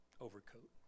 overcoat